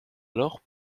alors